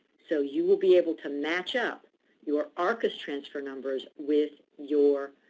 so you will be able to match up your arcis transfer numbers with your